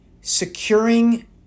securing